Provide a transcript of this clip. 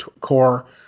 Core